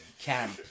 camp